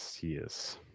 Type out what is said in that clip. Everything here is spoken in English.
Yes